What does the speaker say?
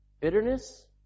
Bitterness